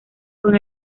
con